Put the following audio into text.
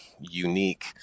unique